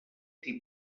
aquest